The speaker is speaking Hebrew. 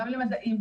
גם למדעים,